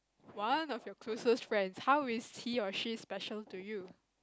one of your closest friends how is he or she special to you